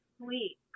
sweet